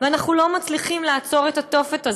ואנחנו לא מצליחים לעצור את התופת.